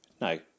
No